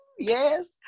Yes